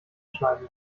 schneiden